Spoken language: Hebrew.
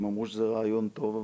הם אמרו שזה רעיון טוב,